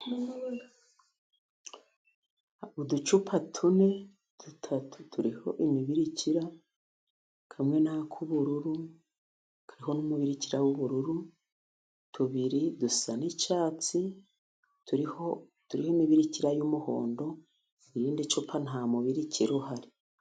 Uducupa tune, dutatu turiho imibirikira, kamwe nak'ubururu kariho n'umubirikira w'ubururu, tubiri dusa n'icyatsi turiho n'imibirikira y'umuhondo, irindi cupa nta mubirikira uhari.